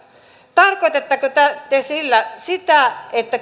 tarkoitatteko te sillä sitä että